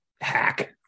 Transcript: hack